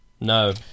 No